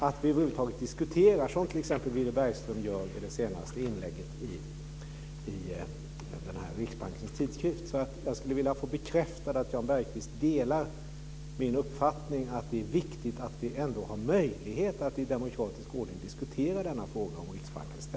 Det försvagar trovärdigheten att vi diskuterar detta, som t.ex. Villy Bergström gör i ett inlägg i Riksbankens tidskrift. Jag skulle vilja få bekräftat att Jan Bergqvist delar min uppfattning att det är viktigt att vi har möjlighet att i demokratisk ordning diskutera denna fråga om